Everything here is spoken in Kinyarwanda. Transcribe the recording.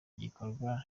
gikorwa